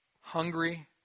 hungry